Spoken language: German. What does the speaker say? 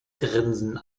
grinsen